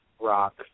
rock